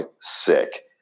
sick